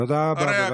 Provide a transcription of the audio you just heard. תודה רבה.